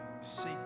Seek